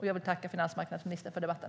Jag tackar finansmarknadsministern för debatten.